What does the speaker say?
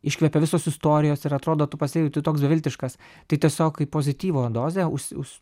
iškvepia visos istorijos ir atrodo tu pasijauti toks beviltiškas tai tiesiog kaip pozityvo dozę už už